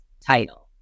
title